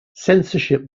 censorship